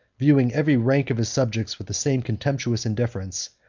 viewing every rank of his subjects with the same contemptuous indifference,